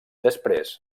després